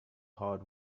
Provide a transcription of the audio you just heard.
hard